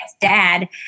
dad